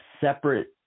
separate